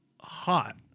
hot